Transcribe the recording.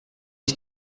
ich